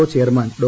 O chairman Dr